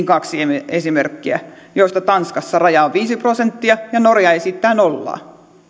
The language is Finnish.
kaksi esimerkkiä joista tanskassa raja on viisi prosenttia ja norja esittää nolla